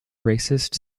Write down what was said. racist